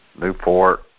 Newport